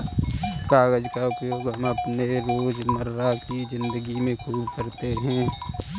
कागज का उपयोग हम अपने रोजमर्रा की जिंदगी में खूब करते हैं